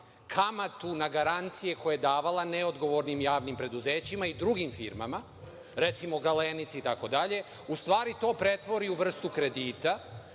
kamatu na garancije koje je davala neodgovornim javnim preduzećima i drugim firmama, recimo „Galenici“, itd, u stvari to pretvori u vrstu kredita